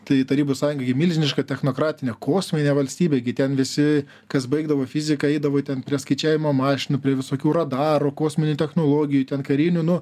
tai tarybų sąjunga gi milžiniška technokratinė kosminė valstybė gi ten visi kas baigdavo fiziką eidavo ten prie skaičiavimo mašinų prie visokių radarų kosminių technologijų ten karinių nu